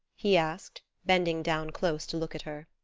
he asked, bending down close to look at her.